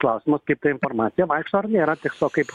klausimas kaip ta informacija vaikšto ar nėra tikslo kaip